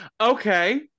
Okay